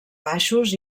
baixos